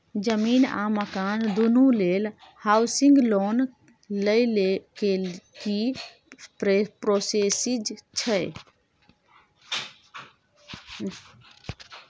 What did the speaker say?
जमीन आ मकान दुनू लेल हॉउसिंग लोन लै के की प्रोसीजर छै?